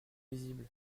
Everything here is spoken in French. visible